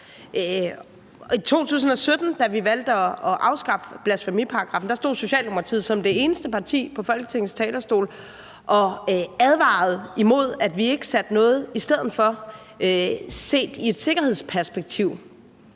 I 2017, da vi valgte at afskaffe blasfemiparagraffen, stod Socialdemokratiet som det eneste parti på Folketingets talerstol og advarede imod, at vi ikke satte noget i stedet for, set i et sikkerhedsmæssigt perspektiv.